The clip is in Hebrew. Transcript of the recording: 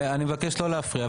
אני מבקש לא להפריע.